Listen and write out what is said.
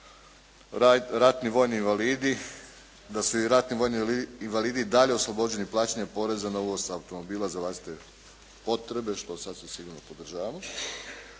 ratni vojni invalidi, da su i ratni vojni invalidi i dalje oslobođeni plaćanja poreza na uvoz automobila za vlastite potrebe, što sasvim sigurno podržavamo,